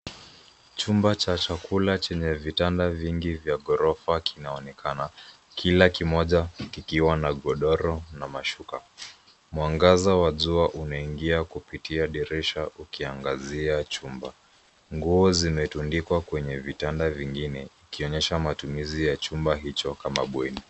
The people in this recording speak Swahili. Chumba cha chakula chenye vitanda vingi vya ghorofa kinaonekana, kila kimoja kikiwa na godoro na mashuka. Mwangaza wa jua unaingia kupitia dirisha ukiangazia chumba. Nguo zimetundikwa kwenye vitanda vingine, ikionyesha matumizi ya chumba hicho kama bweni.